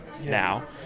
now